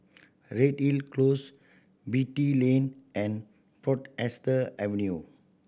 Redhill Close Beatty Lane and port ester Avenue